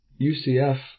UCF